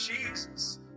Jesus